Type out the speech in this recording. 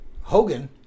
Hogan